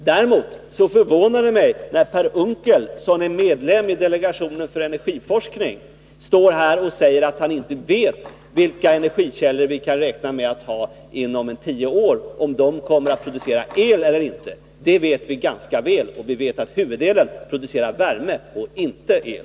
Däremot förvånar det mig när Per Unckel, som är medlem i delegationen för energiforskning, står här och säger att han inte vet vilka energikällor vi kan räkna med att ha inom tio år, eller om de kommer att producera el eller inte. Det vet vi ganska väl — vi vet att huvuddelen producerar värme och inte el.